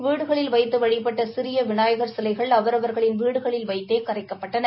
வீடுகளில் வைத்து வழிபட்ட சிறிய விநாயகர் சிலைகளை அவரவர்களின் வீடுகளில் வைத்தே கரைக்கப்பட்டன